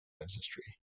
ancestry